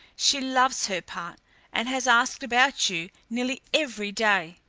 she loves her part and has asked about you nearly every day.